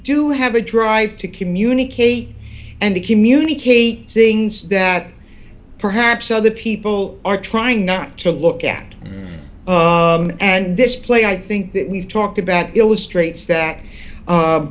do have a drive to communicate and to communicate things that perhaps other people are trying not to look at and this play i think that we've talked about illustrates that